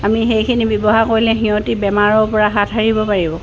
আমি সেইখিনি ব্যৱহাৰ কৰিলে সিহঁতে বেমাৰৰ পৰা হাত সাৰিব পাৰিব